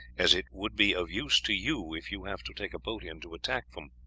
as it would be of use to you if you have to take a boat in to attack them.